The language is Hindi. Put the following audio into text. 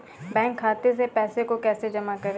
बैंक खाते से पैसे को कैसे जमा करें?